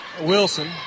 Wilson